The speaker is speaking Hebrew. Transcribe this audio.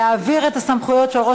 להעביר את הסמכויות הנוגעות לנישואין